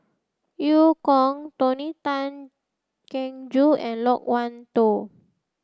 Eu Kong Tony Tan Keng Joo and Loke Wan Tho